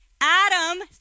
Adam